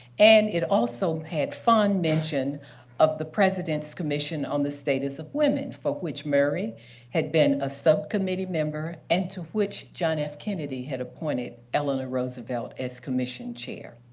and it also had fond mention of the president's commission on the status of women, for which murray had been a subcommittee member, and to which john f. kennedy had appointed eleanor roosevelt as commission chair.